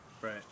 Right